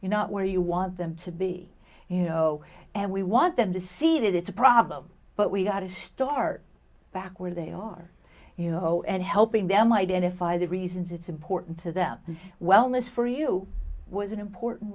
you know where you want them to be you know and we want them to see that it's a problem but we've got to start back where they are you know and helping them identify the reasons it's important to them and wellness for you was an important